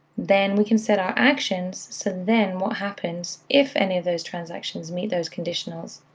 then we can set our actions so then what happens if any of those transactions meet those conditionals.